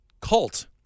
cult